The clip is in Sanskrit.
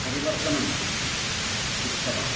परिवर्तनं दृष्टवान्